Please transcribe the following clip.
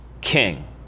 king